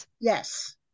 Yes